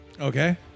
Okay